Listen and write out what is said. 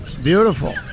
beautiful